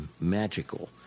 magical